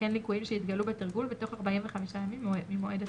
יתקן ליקויים שיתגלו בתרגול בתוך 45 ימים ממועד התרגול.